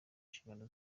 nshingano